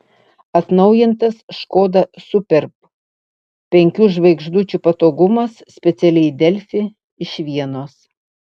atnaujintas škoda superb penkių žvaigždučių patogumas specialiai delfi iš vienos